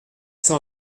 cent